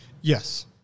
Yes